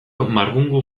marbungu